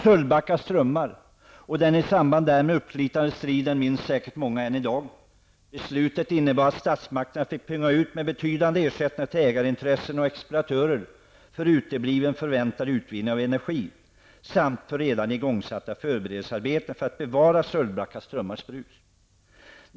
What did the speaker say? Sölvbacka strömmar och den i samband därmed uppslitande striden minns säkert många än i dag. Beslutet innebar att statsmakterna fick punga ut med betydande ersättningar till ägarintressen och exploatörer för utebliven, förväntad utvinning av energi samt för redan igångsatta förberedelsearbeten för att bevara Sölvbacka strömmars brus.